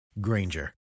Granger